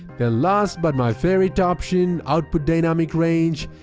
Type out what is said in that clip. then last but my favorite option, output dynamic range,